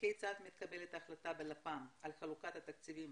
כיצד מתקבלת ההחלטה בלפ"מ על חלוקת התקציבים